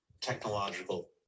technological